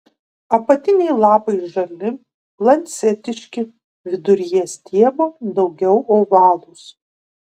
apatiniai lapai žali lancetiški viduryje stiebo daugiau ovalūs